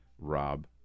Rob